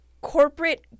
corporate